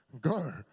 Go